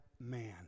man